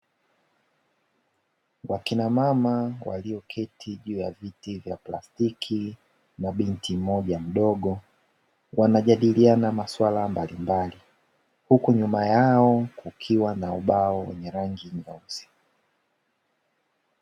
Wakina mama walioketi juu ya viti vya plastiki na binti mmoja mdogo, wanajadiliana masuala mbalimbali huku nyuma yao kukiwa na ubao wenye rangi nyeusi.